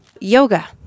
Yoga